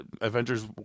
Avengers